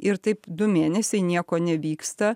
ir taip du mėnesiai nieko nevyksta